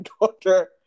daughter